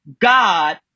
God